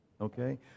Okay